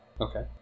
Okay